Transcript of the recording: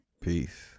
Peace